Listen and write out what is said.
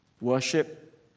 worship